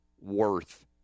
worth